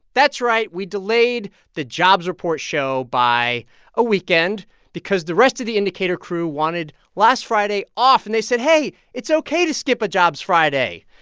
that's right. we delayed the jobs report show by a weekend because the rest of the indicator crew wanted last friday off. and they said, hey, it's ok to skip a jobs friday.